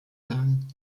sagen